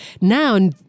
Now